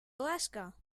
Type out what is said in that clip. alaska